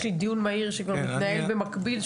יש לי דיון מהיר שכבר מתנהל במקביל.